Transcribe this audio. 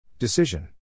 Decision